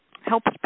helps